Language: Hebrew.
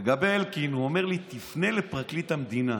לגבי אלקין, הוא אומר לי: תפנה לפרקליט המדינה.